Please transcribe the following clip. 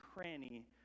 cranny